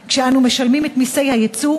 הקשה,